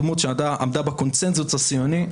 דמות שעמדה בקונצנזוס הציוני,